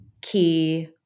key